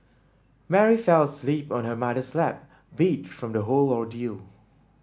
Mary fell asleep on her mother's lap beat from the whole ordeal